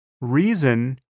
reason